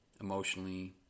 emotionally